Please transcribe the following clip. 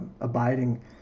abiding